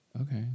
okay